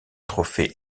trophée